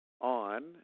on